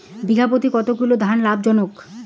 বিঘা প্রতি কতো কিলোগ্রাম ধান হওয়া লাভজনক?